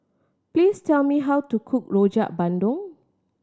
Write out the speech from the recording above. please tell me how to cook Rojak Bandung